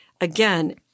Again